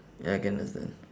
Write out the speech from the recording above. ya I can understand